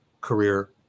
career